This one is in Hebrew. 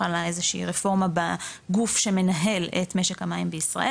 חלה איזה שהיא רפורמה בגוף שמנהל את משק המים בישראל